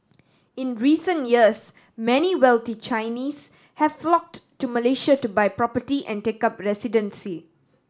in recent years many wealthy Chinese have flocked to Malaysia to buy property and take up residency